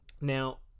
now